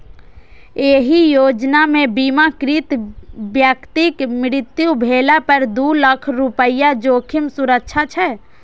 एहि योजना मे बीमाकृत व्यक्तिक मृत्यु भेला पर दू लाख रुपैया जोखिम सुरक्षा छै